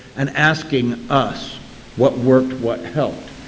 and asking us what worked, what helped.